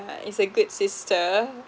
it's a good sister